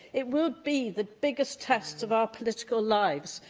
it would be the biggest test of our political lives,